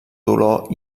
dolor